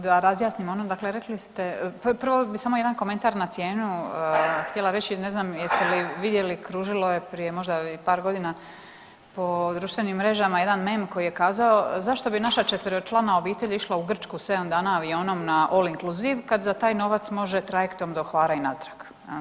Da razjasnimo ono, dakle rekli ste, prvo bi samo jedan komentar na cijenu htjela reći, ne znam jeste li vidjeli kružilo je prije možda i par godina po društvenim mrežama jedan meme koji je kazao zašto bi naša četveročlana obitelj išla u Grčku sedam dana avionom na all inclusive kad za taj novac može trajektom do Hvara i natrag.